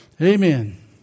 Amen